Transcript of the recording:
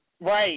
Right